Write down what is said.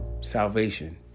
Salvation